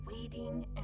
waiting